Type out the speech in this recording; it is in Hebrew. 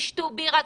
תשתו בירה.